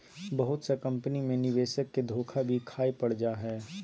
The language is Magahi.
बहुत सा कम्पनी मे निवेशक के धोखा भी खाय पड़ जा हय